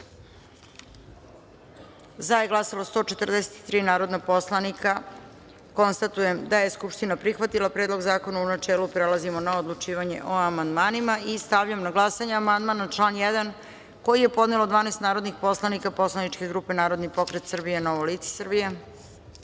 za - 143 narodna poslanika. Konstatujem da je Narodna skupština prihvatila Predlog zakona, u načelu. Prelazimo na odlučivanje o amandmanima. Stavljam na glasanje amandman na član 1. koji je podnelo 12 narodnih poslanika poslaničke grupe Narodni pokret Srbije – Novo lice Srbije. Molim